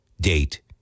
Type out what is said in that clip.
date